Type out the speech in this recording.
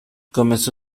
comenzó